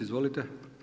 Izvolite.